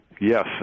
Yes